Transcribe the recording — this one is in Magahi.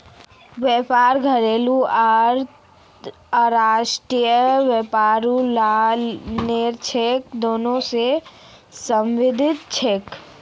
व्यापार घरेलू आर अंतर्राष्ट्रीय व्यापार लेनदेन दोनों स संबंधित छेक